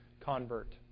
convert